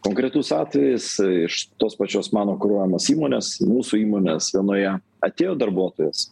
konkretus atvejis iš tos pačios mano kuruojamos įmonės mūsų įmonės vienoje atėjo darbuotojas